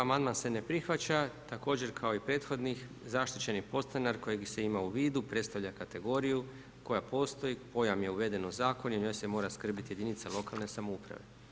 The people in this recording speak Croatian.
Amandman se ne prihvaća, također kao i prethodni zaštićeni podstanar, kojeg se ima u vidu, predstavlja kategoriju koja postoji, pojam je uveden u zakon i o njoj se mora skrbiti jedinica lokalne samouprave.